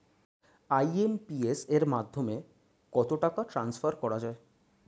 IMPS এর মাধ্যমে কত টাকা ট্রান্সফার করা যায়?